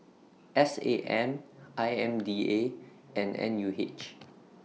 S A M I M D A and N U H